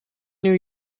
new